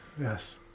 yes